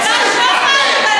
תפנה תלונה למשטרה.